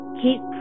keep